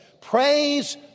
Praise